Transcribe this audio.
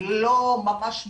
לא ממש מוגדר,